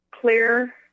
clear